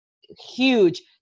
huge